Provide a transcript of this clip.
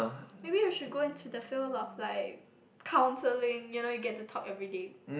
maybe you should go into the field of like counselling you know you get to talk everyday